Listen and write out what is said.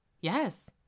yes